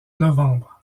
novembre